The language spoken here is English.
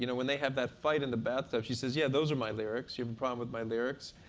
you know when they have that fight in the bathtub, she says, yeah, those are my lyrics. you have a problem with my lyrics?